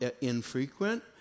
infrequent